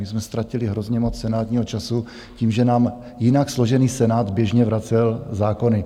My jsme ztratili hrozně moc senátního času tím, že nám jinak složený Senát běžně vracel zákony.